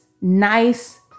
nice